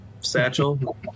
satchel